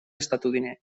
estatunidenc